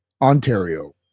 Ontario